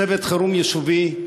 צוות חירום יישובי,